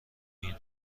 این